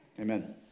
Amen